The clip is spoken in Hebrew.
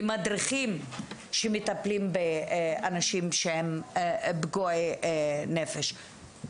למדריכים שמטפלים באנשים שהם פגועי נפש.